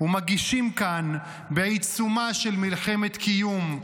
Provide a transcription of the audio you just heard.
ומגישים כאן בעיצומה של מלחמת קיום,